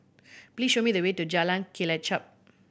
please show me the way to Jalan Kelichap